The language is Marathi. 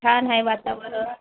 छान आहे वातावरण